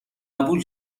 قبول